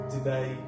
Today